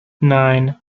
nine